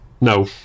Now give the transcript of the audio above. No